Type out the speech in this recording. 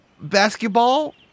basketball